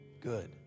Good